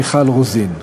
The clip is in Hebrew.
מיכל רוזין.